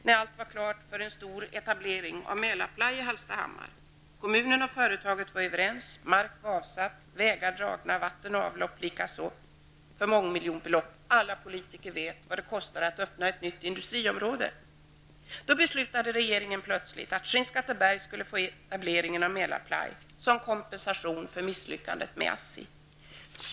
När allt var klart för en stor etablering av Mälarply i Hallstahammar, kommunen och företaget var överens, mark var avsatt, vägarna dragna, vatten och avlopp klart likaså för miljonbelopp -- alla vet vad det kostar att öppna ett helt nytt industriområde -- då beslutade regeringen plötsligt att Skinnskatteberg skulle få etableringen av Mälarply, som en kompensation för misslyckandet med Assi.